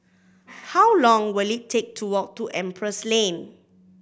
how long will it take to walk to Empress Lane